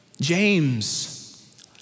James